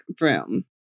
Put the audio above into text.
room